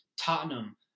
Tottenham